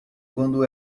quando